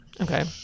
Okay